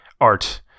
art